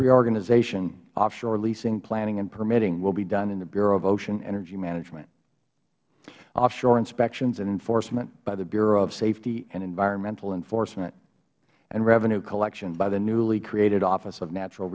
reorganization offshore leasing planning and permitting will be done in the bureau of ocean energy management offshore inspections and enforcement by the bureau of safety and environmental enforcement and revenue collection by the newly created office of natural